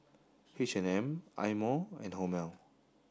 H and M Eye Mo and Hormel